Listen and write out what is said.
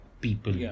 people